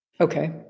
Okay